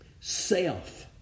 self-